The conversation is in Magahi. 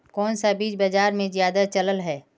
कोन सा बीज बाजार में ज्यादा चलल है?